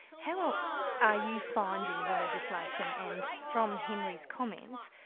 how are you finding the legislation and, from henry's comments,